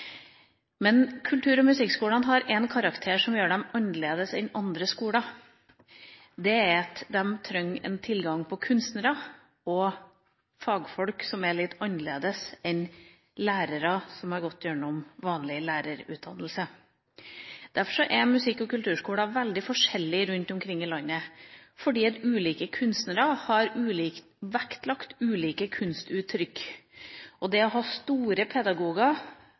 Kultur- og musikkskolene har en karakter som gjør dem annerledes enn andre skoler. Det er at de trenger en tilgang på kunstnere og fagfolk som er litt annerledes enn lærere som har gått igjennom vanlig lærerutdannelse. Musikk- og kulturskoler er veldig forskjellige rundt omkring i landet fordi ulike kunstnere har vektlagt ulike kunstuttrykk. Det å ha store pedagoger